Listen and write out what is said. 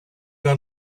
got